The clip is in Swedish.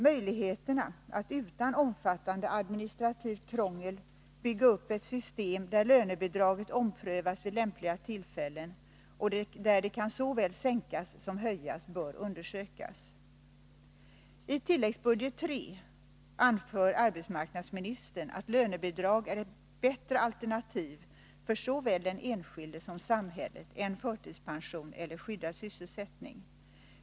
Möjligheterna att utan omfattande administrativt krångel bygga upp ett system, där lönebidraget omprövas vid lämpliga tillfällen och där det kan såväl sänkas som höjas, bör undersökas. I tilläggsbudget III anför arbetsmarknadsministern att lönebidrag är ett bättre alternativ för såväl den enskilde som för samhället än förtidspension eller skyddad sysselsättning.